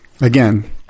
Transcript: Again